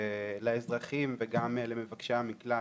לאזרחים וגם למבקשי המקלט,